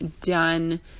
done